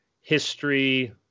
history